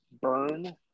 Burn